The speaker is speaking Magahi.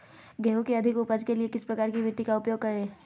गेंहू की अधिक उपज के लिए किस प्रकार की मिट्टी का उपयोग करे?